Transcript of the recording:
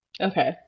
okay